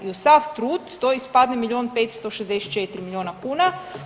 I uz sav trud to ispadne milion 564 miliona kuna.